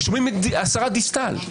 שומעים את השרה דיסטל.